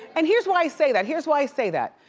and here's why i say that, here's why i say that.